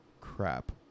crap